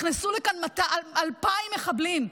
נכנסו לכאן 2,000 מחבלים,